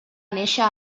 néixer